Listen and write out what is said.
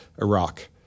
Iraq